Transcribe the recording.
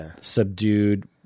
subdued